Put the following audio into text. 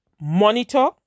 monitor